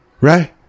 right